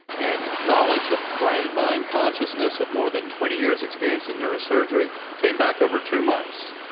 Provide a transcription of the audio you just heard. and knowledge of brain-mind consciousness of more than twenty years' experience in neurosurgery came back over two months.